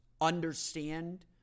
understand